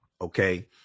Okay